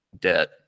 debt